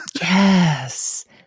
Yes